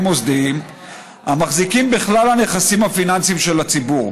מוסדיים המחזיקים בכלל הנכסים הפיננסיים של הציבור.